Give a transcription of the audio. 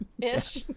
Ish